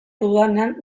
dudanean